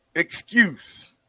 Excuse